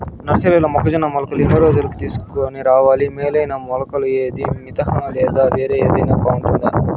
నర్సరీలో మొక్కజొన్న మొలకలు ఎన్ని రోజులకు తీసుకొని రావాలి మేలైన మొలకలు ఏదీ? మితంహ లేదా వేరే ఏదైనా బాగుంటుందా?